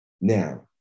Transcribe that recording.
Now